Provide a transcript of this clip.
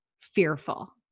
fearful